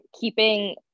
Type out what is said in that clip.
keeping